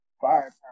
firepower